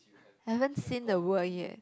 haven't seen the work yet